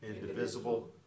indivisible